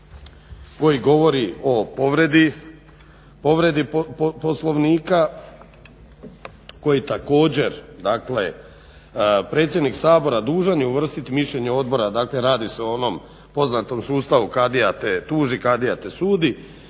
koji govori o povredi Poslovnika koji također dakle predsjednik Sabora dužan je uvrstiti mišljenje odbora, dakle radi se o onom poznatom sustavu kadija te tuži, kadija te sudi,